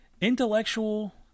intellectual